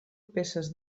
peces